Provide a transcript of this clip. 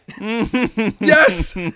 yes